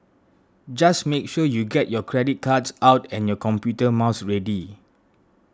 just make sure you get your credit cards out and your computer mouse ready